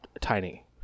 tiny